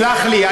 סלח לי,